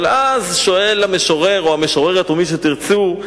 אבל אז שואל המשורר או המשוררת או מי שתרצו,